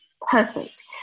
perfect